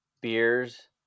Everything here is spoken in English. beers